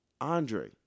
Andre